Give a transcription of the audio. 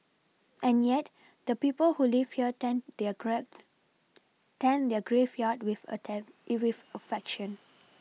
and yet the people who live here tend their grads tend their graveyard with attend with affection